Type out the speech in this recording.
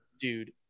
Dude